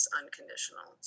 unconditional